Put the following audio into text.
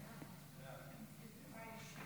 ההצעה להעביר את הצעת חוק שירות ביטחון (תיקון מס'